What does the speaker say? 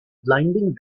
blinding